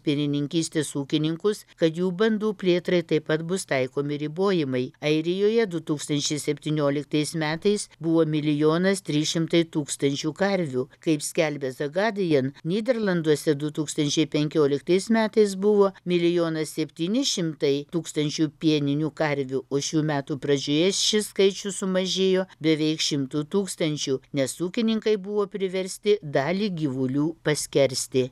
pienininkystės ūkininkus kad jų bandų plėtrai taip pat bus taikomi ribojimai airijoje du tūkstančiai septynioliktais metais buvo milijonas trys šimtai tūkstančių karvių kaip skelbia zagadijan nyderlanduose du tūkstančiai penkioliktais metais buvo milijonas septyni šimtai tūkstančių pieninių karvių o šių metų pradžioje šis skaičius sumažėjo beveik šimtu tūkstančių nes ūkininkai buvo priversti dalį gyvulių paskersti